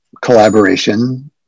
collaboration